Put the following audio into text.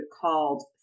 called